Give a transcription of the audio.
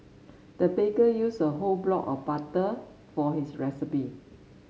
the baker used a whole block of butter for his recipe